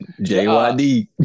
Jyd